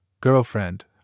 girlfriend